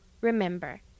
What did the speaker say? Remember